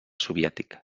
soviètic